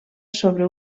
sobre